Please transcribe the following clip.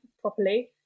properly